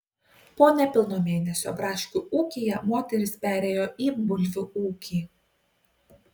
po nepilno mėnesio braškių ūkyje moteris perėjo į bulvių ūkį